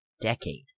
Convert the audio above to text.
decade